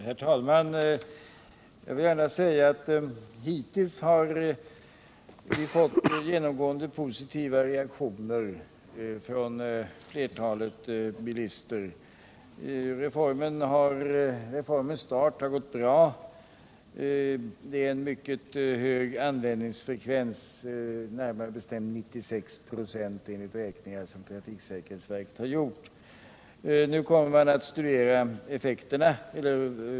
Herr talman! Jag vill gärna säga att vi hittills har fått genomgående positiva reaktioner från flertalet bilister. Reformens start har gått bra med en mycket hög användningsfrekvens, närmare bestämt 96 96 enligt räkningar som trafiksäkerhetsverket har gjort. Nu kommer man att studera effekterna.